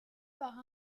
par